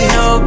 no